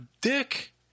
dick